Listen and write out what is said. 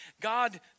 God